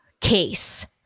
case